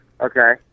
Okay